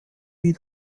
wie